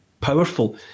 powerful